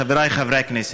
חבריי חברי הכנסת,